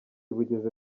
bugeze